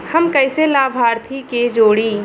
हम कइसे लाभार्थी के जोड़ी?